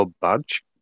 badge